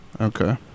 Okay